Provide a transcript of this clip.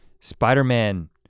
Spider-Man